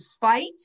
fight